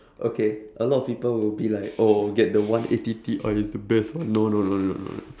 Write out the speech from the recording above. okay a lot of people will be like oh get the one eighty T-I it's the best one no no no no no no